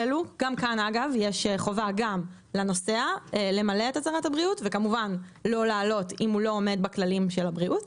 יש חובה על הנוסע לא לעלות אם הוא לא עומד בכללים של הבריאות,